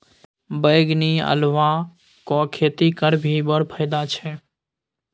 बैंगनी अल्हुआक खेती करबिही बड़ फायदा छै